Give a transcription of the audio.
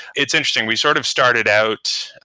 it's interesting, we sort of started out,